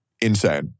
Insane